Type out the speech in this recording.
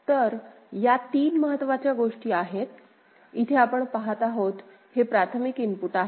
तर या तीन महत्त्वाच्या गोष्टी आहेत इथे आपण पहात आहोत हे प्राथमिक इनपुट आहे